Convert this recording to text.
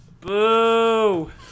Boo